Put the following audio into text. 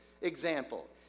example